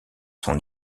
son